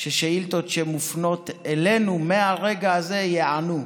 ששאילתות שמופנות אלינו, מהרגע הזה, ייענו.